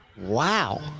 Wow